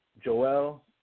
Joel